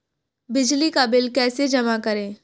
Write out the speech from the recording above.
बिजली का बिल कैसे जमा करें?